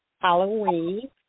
Halloween